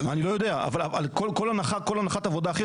אני לא יודע, אבל כל הנחת עבודה אחרת.